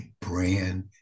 brand